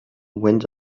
went